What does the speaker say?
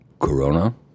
corona